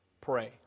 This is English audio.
Pray